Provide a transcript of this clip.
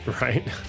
right